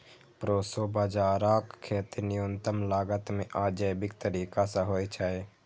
proso बाजाराक खेती न्यूनतम लागत मे आ जैविक तरीका सं होइ छै